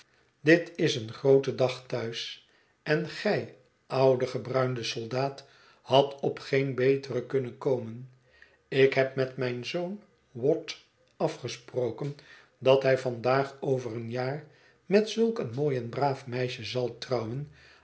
dit is een groote dag thuis en gij oude gebruinde soldaat hadt op geen beteren kunnen komen ik heb met mijn zoon watt afgesproken dat hij vandaag over een jaar met zulk een mooi en braaf meisje zal trouwen